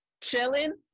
chilling